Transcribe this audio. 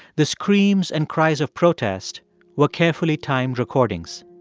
the screams and cries of protest were carefully timed recordings.